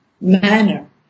manner